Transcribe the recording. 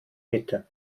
mitte